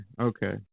Okay